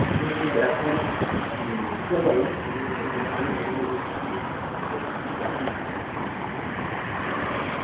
নাই নাই এইটো বেয়া পোৱা নাই পোৱা বাৰু তুমি কথাটো সুধাৰ কাৰণে ভালেই লাগিছে কিন্তু বেয়া কিয় পামনো কিবা এটা